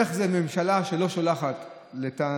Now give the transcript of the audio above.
לטענתם, איך זה שהממשלה לא שולחת אישה?